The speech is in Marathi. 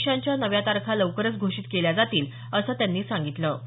परीक्षांच्या नव्या तारखा लवकरच घोषित केल्या जातील असं त्यांनी सांगितलं